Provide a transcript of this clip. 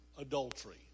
adultery